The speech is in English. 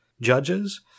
judges